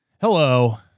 Hello